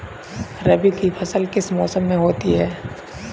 रबी की फसल किस मौसम में होती है?